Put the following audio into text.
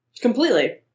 Completely